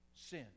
sin